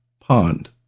pond